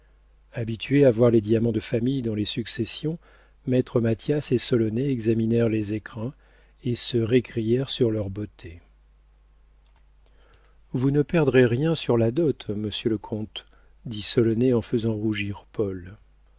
habitués à voir les diamants de famille dans les successions maître mathias et solonet examinèrent les écrins et se récrièrent sur leur beauté vous ne perdrez rien sur la dot monsieur le comte dit solonet en faisant rougir paul